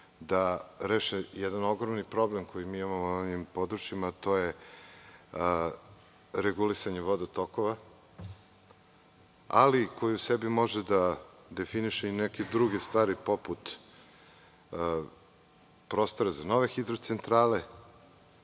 da reše jedan ogroman problem koji mi imamo u vodnim područjima, a to je regulisanje vodotokova, ali koji u sebi može da definiše i neke druge stvari, poput prostora za nove hidrocentrale,